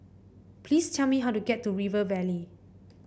please tell me how to get to River Valley